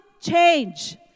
change